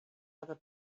other